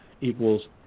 equals